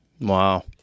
Wow